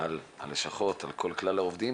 על הלשכות, על כל כלל העובדים.